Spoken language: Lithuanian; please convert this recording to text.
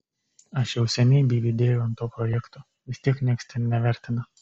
aš jau seniai bybį dėjau ant to projekto vis tiek nieks ten nevertina